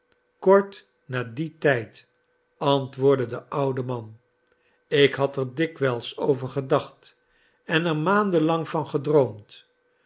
kort na dien tijd antwoordde de oude man ik had er dikwijls over gedacht en er maanden lang van gedroomd